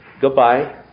Goodbye